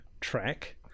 track